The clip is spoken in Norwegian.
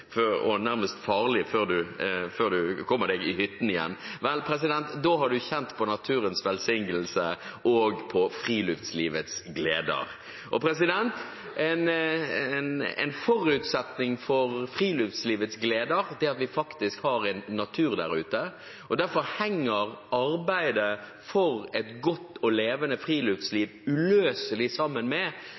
og det er blitt mørkt og nærmest farlig før du kommer deg til hytten igjen? Vel – da har du kjent på naturens velsignelse og på friluftslivets gleder. En forutsetning for friluftslivets gleder er at vi faktisk har en natur der ute. Derfor henger arbeidet for et godt og levende friluftsliv uløselig sammen med